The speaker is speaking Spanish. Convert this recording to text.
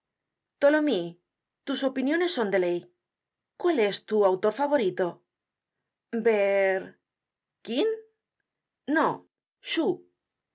tholomyes tus opiniones son ley cuál es tu autor favorito ber quin no